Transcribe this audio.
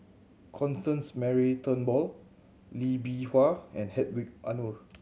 Constance Mary Turnbull Lee Bee Wah and Hedwig Anuar